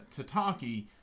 tataki